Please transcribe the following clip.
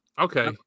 Okay